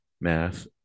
math